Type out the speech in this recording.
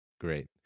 Great